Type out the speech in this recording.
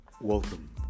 Welcome